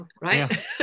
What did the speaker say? Right